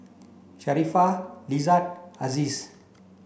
Sharifah Izzat Aziz